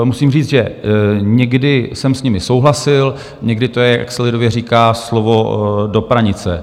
Musím říct, že někdy jsem s nimi souhlasil, někdy to je, jak se lidově říká, slovo do pranice.